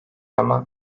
ama